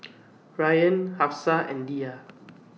Rayyan Hafsa and Dhia